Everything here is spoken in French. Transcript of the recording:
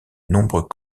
nombreux